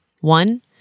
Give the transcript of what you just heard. One